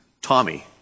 Tommy